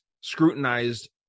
scrutinized